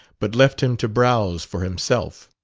but left him to browse for himself.